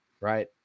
right